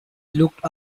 looked